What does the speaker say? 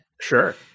sure